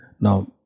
Now